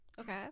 Okay